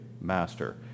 master